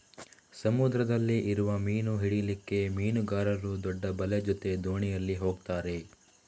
ಸಮುದ್ರದಲ್ಲಿ ಇರುವ ಮೀನು ಹಿಡೀಲಿಕ್ಕೆ ಮೀನುಗಾರರು ದೊಡ್ಡ ಬಲೆ ಜೊತೆ ದೋಣಿಯಲ್ಲಿ ಹೋಗ್ತಾರೆ